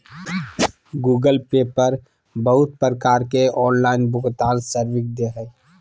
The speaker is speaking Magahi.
गूगल पे पर बहुत प्रकार के ऑनलाइन भुगतान सर्विस दे हय